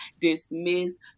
dismiss